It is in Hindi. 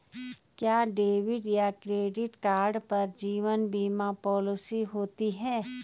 क्या डेबिट या क्रेडिट कार्ड पर जीवन बीमा पॉलिसी होती है?